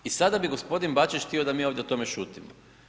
I sada bi gospodin Bačić htio da mi ovdje o tome šutimo.